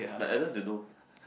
like Adams you know